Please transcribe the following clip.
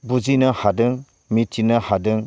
बुजिनो हादों मिथिनो हादों